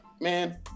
Man